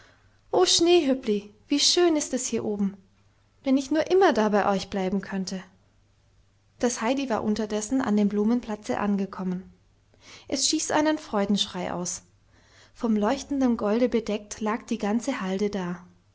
o schneehöppli wie schön ist es hier oben wenn ich nur immer da bei euch bleiben könnte das heidi war unterdessen an dem blumenplatze angekommen es stieß einen freudenschrei aus von leuchtendem golde bedeckt lag die ganze halde da